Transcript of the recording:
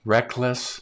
Reckless